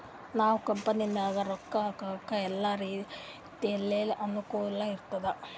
ನಾವ್ ಕಂಪನಿನಾಗ್ ರೊಕ್ಕಾ ಹಾಕ್ಲಕ್ ಎಲ್ಲಾ ರೀತಿಲೆ ಅನುಕೂಲ್ ಇರ್ತುದ್